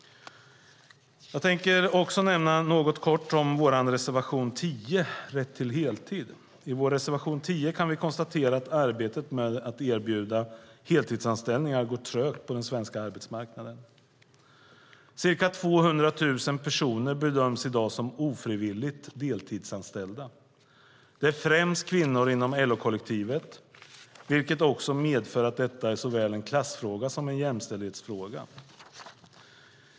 Jag tänkte något kort nämna vår reservation 10, Rätt till heltid. I reservation 10 konstaterar vi att arbetet med att erbjuda heltidsanställningar går trögt på den svenska arbetsmarknaden. Ca 200 000 personer bedöms i dag vara ofrivilligt deltidsanställda. Det är främst kvinnor inom LO-kollektivet, vilket också medför att detta är en klassfråga såväl som en jämställdhetsfråga.